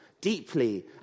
deeply